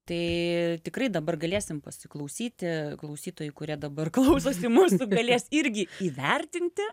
tai tikrai dabar galėsim pasiklausyti klausytojai kurie dabar klausosi mūsų galės irgi įvertinti